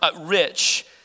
rich